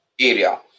area